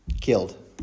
Killed